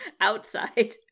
Outside